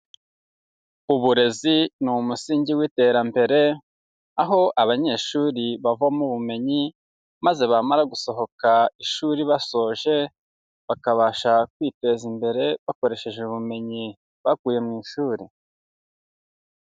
Uburezi ni umusingi w'iterambere, aho abanyeshuri bavamo ubumenyi, maze bamara gusohoka ishuri basoje, bakabasha kwiteza imbere bakoresheje ubumenyi bakuye mu ishuri.